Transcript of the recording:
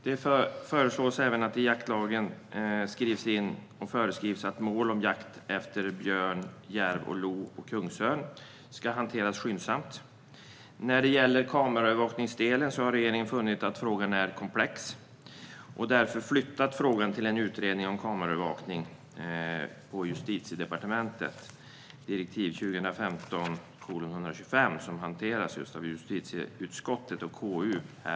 Det föreslås även att det i jaktlagen föreskrivs att mål om jakt efter björn, järv, lo eller kungsörn ska hanteras skyndsamt. När det gäller kameraövervakning har regeringen funnit att frågan är komplex och har därför flyttat över den till en utredning som pågår på Justitiedepartementet om kameraövervakning. Det handlar om direktiv 2015:125, som i det här huset hanteras av justitieutskottet och KU.